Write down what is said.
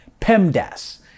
PEMDAS